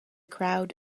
crowd